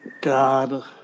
God